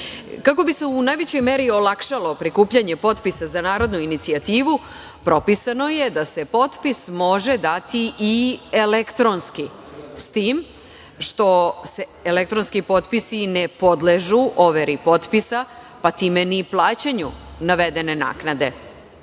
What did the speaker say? bi se u najvećoj meri olakšalo prikupljanje potpisa za narodnu inicijativu, propisano je da se potpis može dati i elektronski, s tim što elektronski potpisi ne podležu overi potpisa, pa time ni plaćanju navedene naknade.